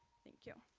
thank you.